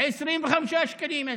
25 שקלים.